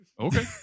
okay